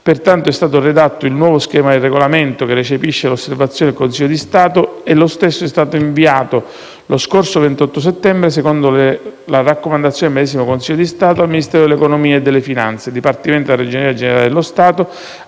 Pertanto, è stato redatto il nuovo schema del regolamento che recepisce le osservazioni del Consiglio di Stato e lo stesso è stato inviato lo scorso 28 settembre, secondo la raccomandazione del medesimo Consiglio di Stato, al Ministero dell'economia e delle finanze - dipartimento della Ragioneria generale dello Stato